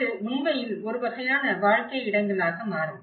இது உண்மையில் ஒரு வகையான வாழ்க்கை இடங்களாக மாறும்